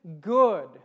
good